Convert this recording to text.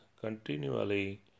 continually